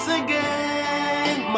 again